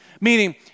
Meaning